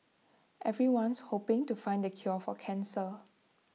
everyone's hoping to find the cure for cancer